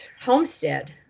homestead